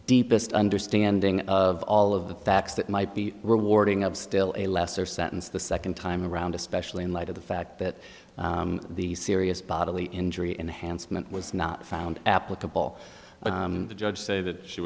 deepest understanding of all of the facts that might be rewarding of still a lesser sentence the second time around especially in light of the fact that the serious bodily injury in the hands meant was not found applicable the judge say that she